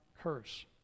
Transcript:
curse